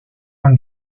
and